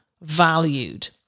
valued